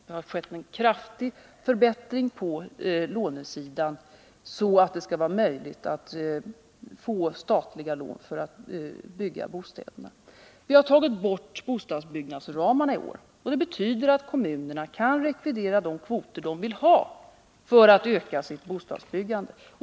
Det har skett en kraftig förbättring på lånesidan, så att det skall vara möjligt att få statliga lån för att bygga bostäder. Vi har tagit bort bostadsbyggnadsramarna i år. Det betyder att kommunerna kan rekvirera de kvoter som de vill ha för att öka sitt bostadsbyggande.